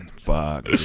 Fuck